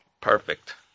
Perfect